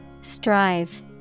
Strive